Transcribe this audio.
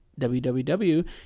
www